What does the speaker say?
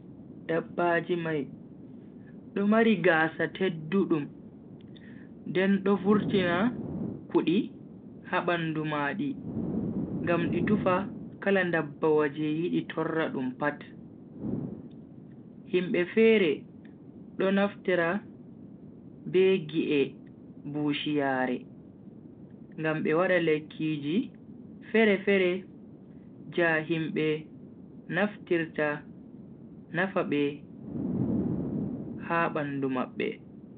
Dabbaaji mai do mari gaasa teddudum nden do vurtina kudi ha bandu madi ngam di tufa kala ndabbawa je yidi torra dum pat. himbe fere do naftira be gi' e bushiyaare ngam be wada lekkiji fere-fere ja himbe naftirta nafa be ha bandu mabbe.